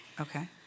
Okay